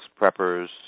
preppers